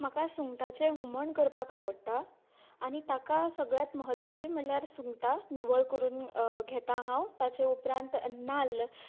म्हाका सुंगटाचें हुमण करपाक आवडटा आनी ताका सगळ्यात म्हत्वाचें म्हणल्यार तीं सुंगटां निवळ करून घेता हांव ताज्या उपरांत नाल्ल